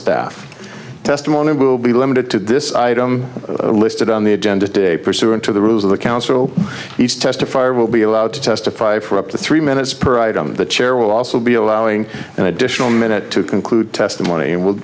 staff testimony will be limited to this item listed on the agenda today pursuant to the rules of the counsel each testify will be allowed to testify for up to three minutes per item the chair will also be allowing an additional minute to conclude testimony and will